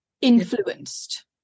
influenced